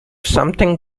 something